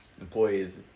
employees